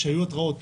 שהיו התראות,